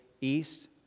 east